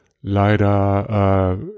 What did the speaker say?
Leider